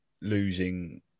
losing